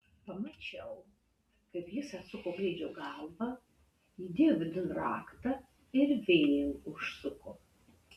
pamačiau kaip jis atsuko gaidžio galvą įdėjo vidun raktą ir vėl užsuko